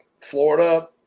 Florida